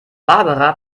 barbara